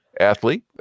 athlete